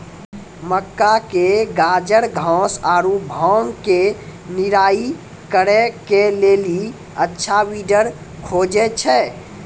मक्का मे गाजरघास आरु भांग के निराई करे के लेली अच्छा वीडर खोजे छैय?